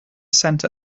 center